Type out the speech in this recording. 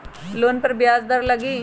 Loan पर ब्याज दर लगी?